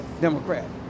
Democrat